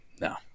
no